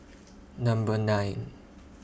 Number nine